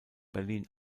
berlin